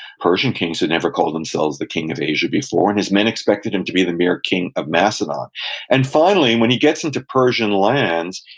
persian kings had never called themselves the king of asia before, and his men expected him to be the mere king of macedon and finally, and when he gets into persian lands,